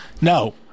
No